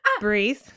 Breathe